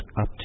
up